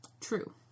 True